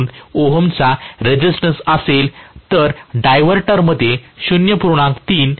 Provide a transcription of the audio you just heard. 2 ओहमचा रेझिस्टन्स असेल तर डायव्हर्टरमध्ये 0